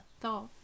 thought